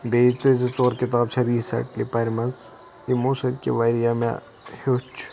بیٚیہِ تہِ زٕ ژور کِتابہٕ چھِ ریٖسنٛٹلی پَرِمَژٕ یِمو سۭتۍ کہِ واریاہ مےٚ ہیوٚچھ